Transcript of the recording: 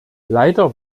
leider